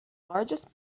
largest